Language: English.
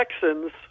Texans